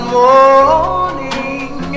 morning